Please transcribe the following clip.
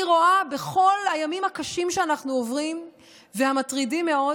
אני רואה בכל הימים הקשים והמטרידים מאוד